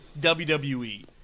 WWE